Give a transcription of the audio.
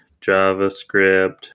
JavaScript